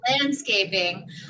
landscaping